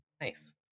Nice